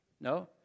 No